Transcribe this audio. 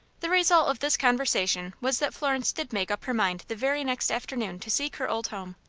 the result of this conversation was that florence did make up her mind the very next afternoon to seek her old home.